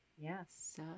Yes